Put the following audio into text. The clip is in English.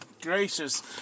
gracious